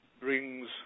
brings